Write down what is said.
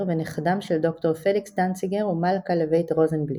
ונכדם של ד"ר פליקס דנציגר ומלכה לבית רוזנבליט.